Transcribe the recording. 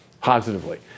positively